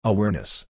Awareness